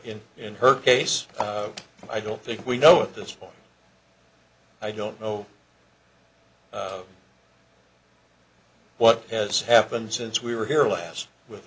in in her case i don't think we know at this point i don't know what has happened since we were here last with